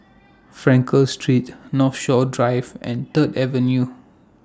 Frankel Street Northshore Drive and Third Avenue